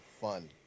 fun